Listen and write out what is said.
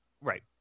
Right